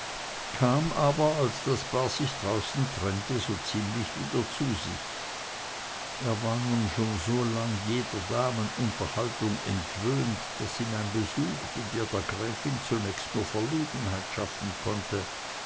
kam aber als das paar sich draußen trennte so ziemlich wieder zu sich er war nun schon so lange jeder damenunterhaltung entwöhnt daß ihm ein besuch wie der der gräfin zunächst nur verlegenheit schaffen konnte